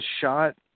shot